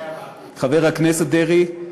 חבר הכנסת דרעי,